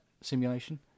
simulation